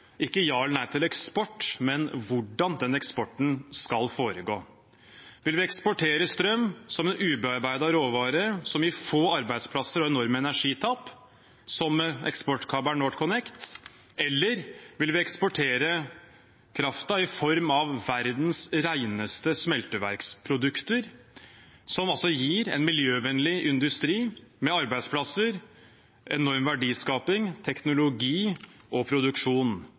ikke ja eller nei til eksport, men hvordan den eksporten skal foregå. Vil vi eksportere strøm som en ubearbeidet råvare som gir få arbeidsplasser og enorme energitap, som eksportkabelen NorthConnect, eller vil vi eksportere kraften i form av verdens reneste smelteverksprodukter, som gir en miljøvennlig industri med arbeidsplasser, enorm verdiskaping, teknologi og produksjon?